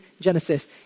Genesis